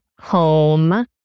home